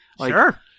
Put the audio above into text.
sure